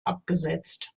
abgesetzt